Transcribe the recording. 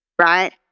right